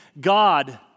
God